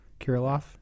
Kirillov